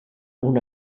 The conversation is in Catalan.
una